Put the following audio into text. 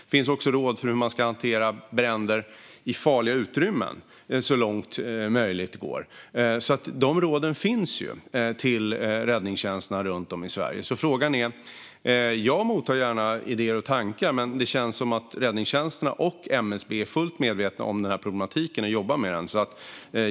Det finns även råd för hur man ska hantera bränder i farliga utrymmen så långt det är möjligt. Dessa råd finns alltså till räddningstjänsterna runt om i Sverige. Jag mottar gärna idéer och tankar, men det känns som att räddningstjänsterna och MSB är fullt medvetna om den här problematiken och jobbar med den.